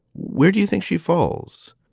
where do you think she falls?